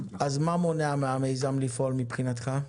אז מה מונע מהמיזם לפעול מבחינתך?